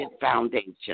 foundation